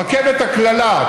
רכבת הקללה,